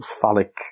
phallic